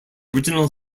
original